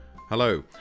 Hello